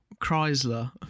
Chrysler